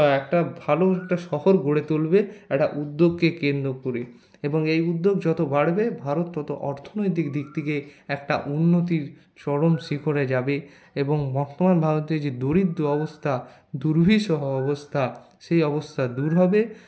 একটা ভালো একটা শহর গড়ে তুলবে একটা উদ্যোগকে কেন্দ্র করে এবং এই উদ্যোগ যত বাড়বে ভারত ততো অর্থনৈতিক দিক থেকে একটা উন্নতির চরম শিখরে যাবে এবং বর্তমান ভারতে যে দরিদ্র অবস্থা দুর্বিষহ অবস্থা সেই অবস্থা দূর হবে